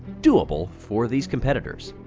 doable for these competitors.